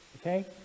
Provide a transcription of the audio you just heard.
okay